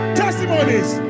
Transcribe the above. testimonies